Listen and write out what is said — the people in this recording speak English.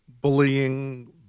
Bullying